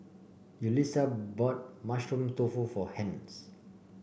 Yulissa bought Mushroom Tofu for Hence